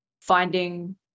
finding